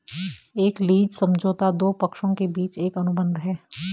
एक लीज समझौता दो पक्षों के बीच एक अनुबंध है